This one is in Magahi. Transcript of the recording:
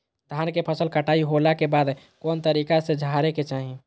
धान के फसल कटाई होला के बाद कौन तरीका से झारे के चाहि?